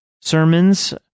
sermons